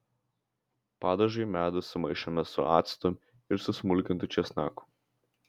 padažui medų sumaišome su actu ir susmulkintu česnaku